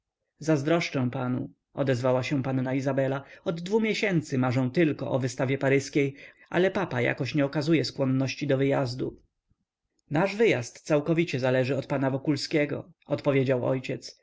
zazdroszczę panu odezwała się panna izabela od dwu miesięcy marzę tylko o wystawie paryskiej ale papa jakoś nie okazuje skłonności do wyjazdu nasz wyjazd całkowicie zależy od pana wokulskiego odpowiedział ojciec